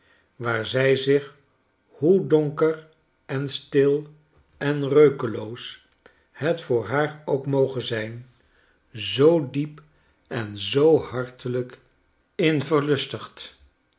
waar zij zich hoe donker en stil en reukeloos het voor haar ook moge zijn zoo diep en zoo hartelijk in verlustigt